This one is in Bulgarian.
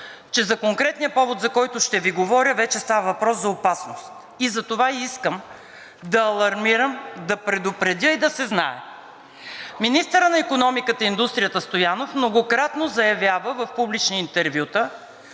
че за конкретния повод, за който ще Ви говоря, вече става въпрос за опасност и затова искам да алармирам, да предупредя и да се знае. Министърът на икономиката и индустрията Стоянов многократно заявява в публични интервюта,